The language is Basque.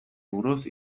buruz